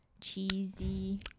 cheesy